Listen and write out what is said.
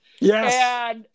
yes